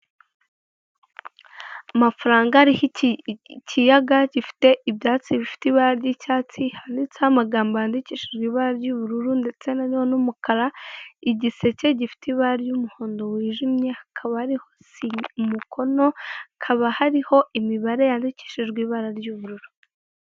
Amafaranga ariho ikiyaga gifite ibyatsi bifite ibara ry'icyatsi handitseho amagambo yandikishijwe ibara ry'ubururu ndetse n'umukara, igiseke gifite ibara ry'umuhondo wijimye hakaba hariho umukono hakaba hariho imibare yandikishijwe ibara ry'ubururu.